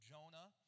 Jonah